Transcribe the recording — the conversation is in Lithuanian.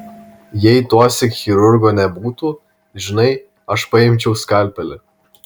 jei tuosyk chirurgo nebūtų žinai aš paimčiau skalpelį